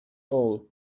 all